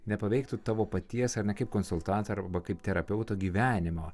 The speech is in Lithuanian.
nepaveiktų tavo paties ar ne kaip konsultanto arba kaip terapeuto gyvenimo